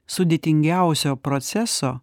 sudėtingiausio proceso